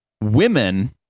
women